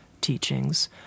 teachings